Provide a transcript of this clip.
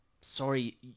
Sorry